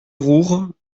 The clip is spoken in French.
roure